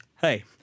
hey